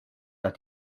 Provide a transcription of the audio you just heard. that